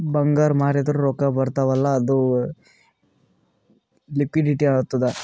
ಬಂಗಾರ್ ಮಾರ್ದುರ್ ರೊಕ್ಕಾ ಬರ್ತಾವ್ ಅಲ್ಲ ಅದು ಲಿಕ್ವಿಡಿಟಿ ಆತ್ತುದ್